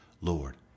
Lord